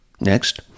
Next